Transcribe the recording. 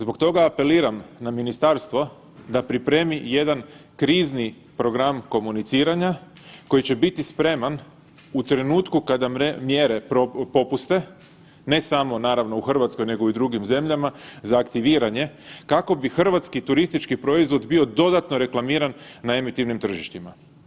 Zbog toga apeliram na ministarstvo da pripremi jedan krizni program komuniciranja koji će biti spreman u trenutku kada mjere popuste, ne samo naravno u Hrvatskoj nego i u drugim zemljama za aktivirane kako bi hrvatski turistički proizvod bio dodatno reklamiran na emitivnim tržištima.